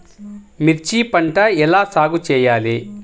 మిర్చి పంట ఎలా సాగు చేయాలి?